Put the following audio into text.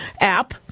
app